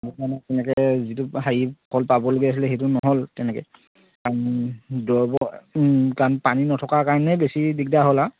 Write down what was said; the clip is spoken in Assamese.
সেইকাৰণে তেনেকৈ যিটো হেৰি ফল পাবলগীয়া আছিলে সেইটো নহ'ল তেনেকৈ কাৰণ দৰৱৰ কাৰণ পানী নথকাৰ কাৰণেই বেছি দিগদাৰ হ'ল আৰু